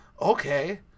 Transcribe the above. Okay